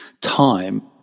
time